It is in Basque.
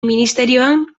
ministerioan